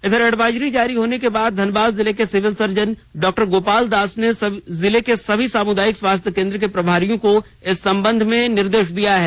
इधर एडवाइजरी जारी होने के बाद धनबाद जिले के सिविल सर्जन डॉ गोपाल दास ने जिले के सभी सामुदायिक स्वास्थ्य केंद्र के प्रभारियों को इस संबंध में निर्देश दिया है